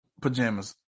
Pajamas